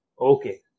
Okay